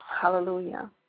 hallelujah